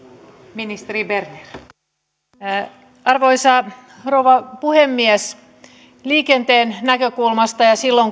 arvoisa rouva puhemies liikenteen näkökulmasta silloin